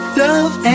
love